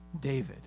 David